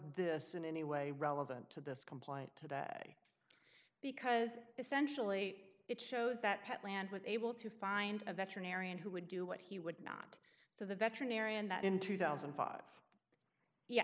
this in any way relevant to this complaint today because essentially it shows that pet land was able to find a veterinarian who would do what he would not so the veterinarian that in two thousand and five ye